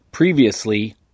Previously